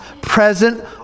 present